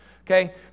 Okay